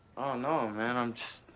no, man, i'm just